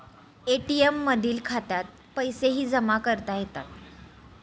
ATM मधील खात्यात पैसेही जमा करता येतात